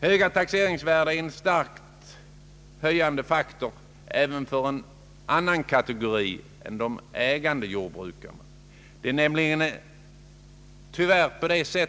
Höga taxeringsvärden har stor betydelse även för en annan kategori jordbrukare än de ägande.